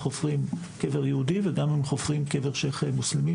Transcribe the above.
חופרים קבר יהודי וגם אם הם חופרים קבר של מוסלמי,